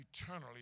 eternally